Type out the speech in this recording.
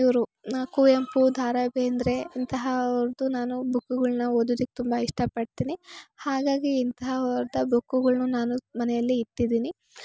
ಇವರು ನ ಕುವೆಂಪು ದ ರಾ ಬೇಂದ್ರೆ ಅಂತಹ ಅವ್ರದ್ದು ನಾನು ಬುಕ್ಗಳ್ನ ಓದೋದಿಕ್ ತುಂಬ ಇಷ್ಟ ಪಡ್ತೀನಿ ಹಾಗಾಗಿ ಇಂತಹ ವರ್ದು ಬುಕ್ಗಳ್ನು ನಾನು ಮನೆಯಲ್ಲಿ ಇಟ್ಟಿದೀನಿ